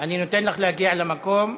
אני נותן לך להגיע למקום.